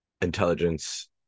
intelligence